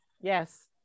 Yes